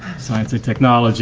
science and technology